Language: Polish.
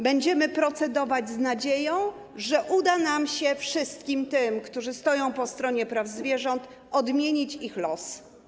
Będziemy procedować z nadzieją, że uda nam się - wszystkim tym, którzy stoją po stronie praw zwierząt - odmienić ich los.